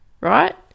right